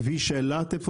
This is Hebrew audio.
איפה עומד כביש אילת.